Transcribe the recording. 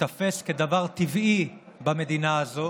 תיתפס כדבר טבעי במדינה הזאת,